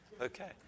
Okay